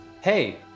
Hey